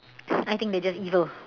I think they just evil